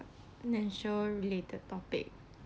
financial related topic